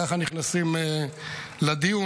ככה נכנסים לדיון,